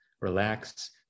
relax